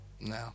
No